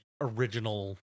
original